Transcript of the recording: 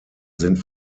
sind